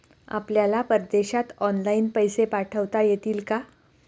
आपल्याला परदेशात ऑनलाइन पैसे पाठवता येतील का?